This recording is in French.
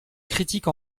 critique